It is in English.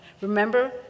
Remember